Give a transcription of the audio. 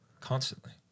Constantly